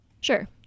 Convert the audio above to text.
sure